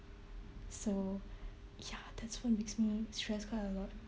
so ya that's what makes me stress quite a lot